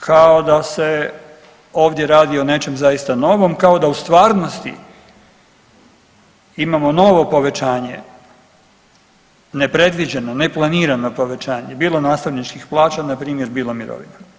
kao da se ovdje radi o nečem zaista novom, kao da u stvarnosti imamo novo povećanje nepredviđeno, neplanirano povećanje bilo nastavničkih plaća npr. bilo mirovina.